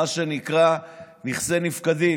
מה שנקרא "נכסי נפקדים",